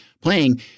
playing